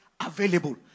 available